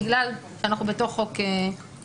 בגלל שאנחנו בתוך חוק קיים.